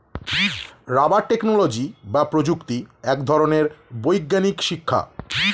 rubber technology বা প্রযুক্তি এক ধরনের বৈজ্ঞানিক শিক্ষা